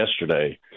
yesterday